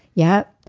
yup,